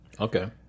Okay